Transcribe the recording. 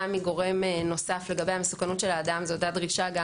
מגורם נוסף לגבי המסוכנות של האדם זאת הייתה דרישה גם